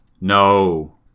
No